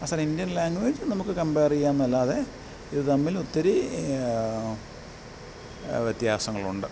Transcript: us an Indian language നമുക്ക് compare ചെയ്യാംന്നല്ലാതെ ഇത് തമ്മിലൊത്തിരി വ്യത്യാസങ്ങളുണ്ട്